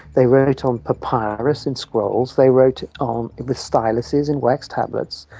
they wrote on papyrus and scrolls, they wrote um with styluses and wax tablets.